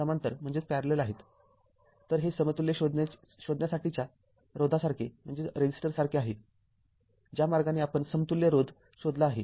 तर हे समतुल्य शोधण्यासाठीच्या रोधासारखे आहे ज्या मार्गाने आपण समतुल्य रोध शोधला आहे